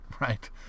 right